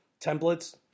templates